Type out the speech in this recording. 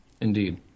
Indeed